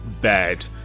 bad